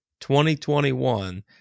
2021